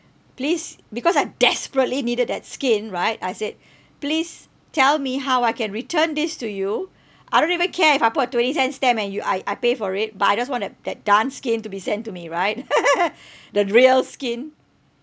please because I desperately needed that skin right I said please tell me how I can return this to you I don't even care if I put a twenty cent stamp and you I I pay for it but I just want that that darned skin to be sent to me right the real skin